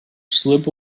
slip